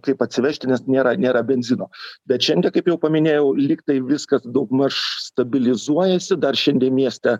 kaip atsivežti nes nėra nėra benzino bet šiandien kaip jau paminėjau lyg tai viskas daugmaž stabilizuojasi dar šiandien mieste